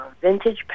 vintage